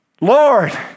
Lord